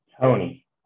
tony